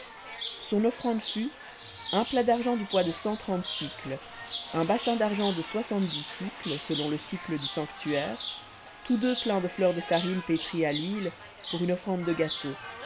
son offrande fut un plat d'argent du poids de cent trente un bassin d'argent de soixante-dix sicles selon le sicle du sanctuaire tous deux pleins de fleur de farine pétrie à l'huile pour une offrande de gâteau